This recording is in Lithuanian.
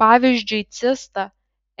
pavyzdžiui cista